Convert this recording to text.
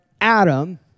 Adam